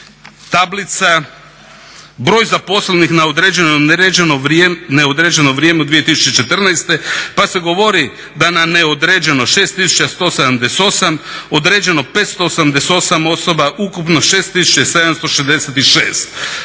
tablica broj zaposlenih na određeno, neodređeno vrijeme u 2014. Pa se govori da na neodređeno 6178, određeno 588 osoba, ukupno 6766.